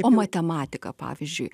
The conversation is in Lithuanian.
o matematika pavyzdžiui